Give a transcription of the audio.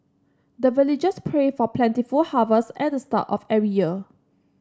the villagers pray for plentiful harvest at the start of every year